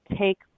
take